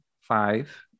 five